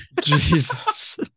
Jesus